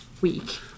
week